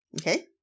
Okay